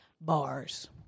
bars